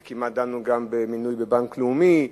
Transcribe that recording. וכמעט דנו גם במינוי בבנק לאומי,